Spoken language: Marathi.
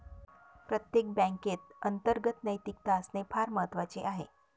प्रत्येक बँकेत अंतर्गत नैतिकता असणे फार महत्वाचे आहे